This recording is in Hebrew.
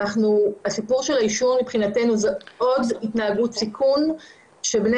הסיפור של העישון מבחינתנו הוא עוד התנהגות סיכון בני